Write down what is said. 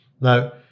Now